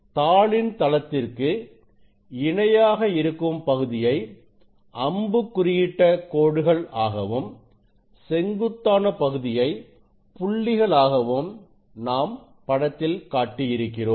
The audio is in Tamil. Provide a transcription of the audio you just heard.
தாளின் தளத்திற்கு இணையாக இருக்கும் பகுதியை அம்புக் குறியிட்ட கோடுகள் ஆகவும் செங்குத்தான பகுதியை புள்ளிகளாகவும் நாம் படத்தில் காட்டியிருக்கிறோம்